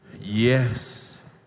yes